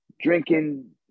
drinking